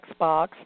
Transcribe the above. Xbox